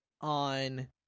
on